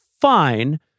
fine